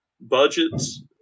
budgets